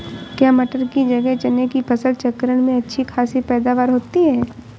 क्या मटर की जगह चने की फसल चक्रण में अच्छी खासी पैदावार होती है?